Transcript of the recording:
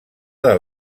del